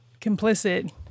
complicit